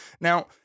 Now